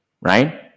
right